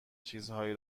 چیزهایی